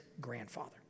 grandfather